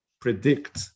predict